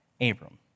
Abram